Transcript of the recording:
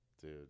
Dude